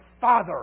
father